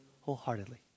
wholeheartedly